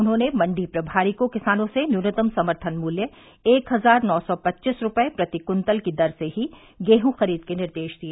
उन्होंने मंडी प्रभारी को किसानों से न्यूनतम समर्थन मूल्य एक हजार नौ सौ पच्चीस रूपए प्रति कुंतल की दर से ही गेहूं खरीद करने के निर्देश दिए